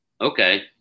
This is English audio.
Okay